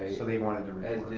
so they wanted the